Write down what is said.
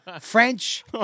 French